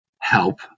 help